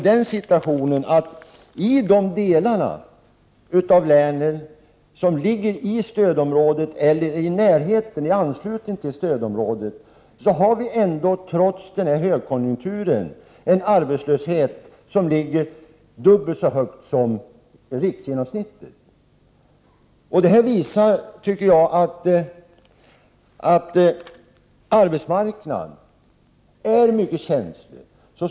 Men i de delar av länet som ligger i stödområdet eller i närheten har vi trots högkonjunkturen en arbetslöshet som ligger dubbelt så högt som riksgenomsnittet. Det visar, tycker jag, att arbetsmarknaden är mycket känslig.